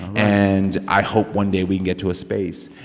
and i hope one day we can get to a space.